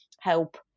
help